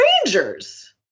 strangers